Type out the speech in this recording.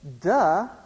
Duh